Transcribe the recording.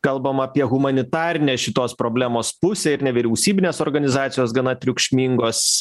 kalbama apie humanitarinę šitos problemos pusę ir nevyriausybinės organizacijos gana triukšmingos